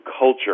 culture